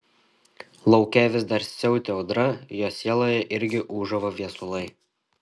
lauke vis dar siautė audra jo sieloje irgi ūžavo viesulai